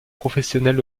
professionnels